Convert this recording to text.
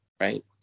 right